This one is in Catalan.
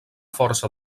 força